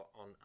on